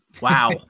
Wow